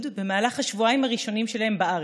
במהלך השבועיים הראשונים שלהם בארץ.